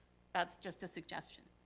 that's just a suggestion.